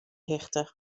hichte